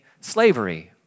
slavery